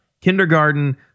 kindergarten